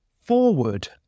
forward